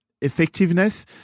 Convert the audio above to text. effectiveness